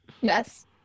Yes